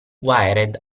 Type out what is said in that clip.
wired